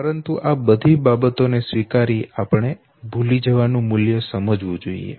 પરંતુ આ બધી બાબતોને સ્વીકારી આપણે ભૂલી જવા નું મૂલ્ય સમજવું જોઈએ